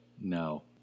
no